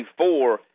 24